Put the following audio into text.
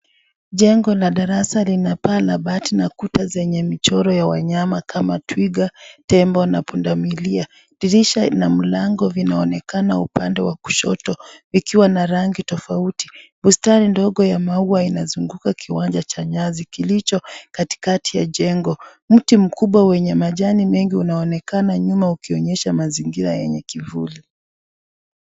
Jengo la darasa lina paa la bati na Kuta zenye michoro ya wanyama kama Twiga, Tembo na punda milia, dirisha na mlango inaonekana upande wa kushoto ikiwa na rangi tofauti, bustani ndogo ya maua inazunguka kiwanja cha nyasi kilicho katikati ya jengo, mti mkubwa wenye majani unaonekana nyuma ukionyesha mazingira yenye kivuli.